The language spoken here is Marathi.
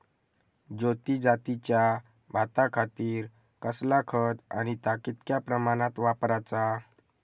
ज्योती जातीच्या भाताखातीर कसला खत आणि ता कितक्या प्रमाणात वापराचा?